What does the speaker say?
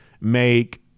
make